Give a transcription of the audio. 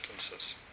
sentences